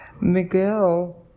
Miguel